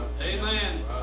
Amen